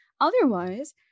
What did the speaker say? Otherwise